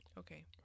Okay